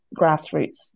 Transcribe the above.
grassroots